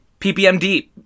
ppmd